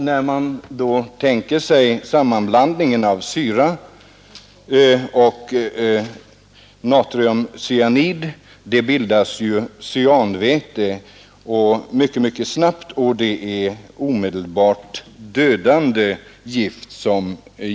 När syra och natriumcyanid blandas bildas mycket snabbt cyanväte, och det är en giftgas som är omedelbart dödande.